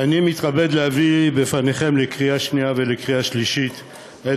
אני מתכבד להביא בפניכם לקריאה שנייה ולקריאה שלישית את